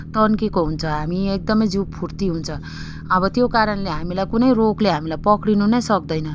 तन्केको हुन्छ हामी एकदम जिउ फुर्ती हुन्छ अब त्यो कारणले हामीलाई कुनै रोगले हामीलाई पक्रिनु नै सक्दैन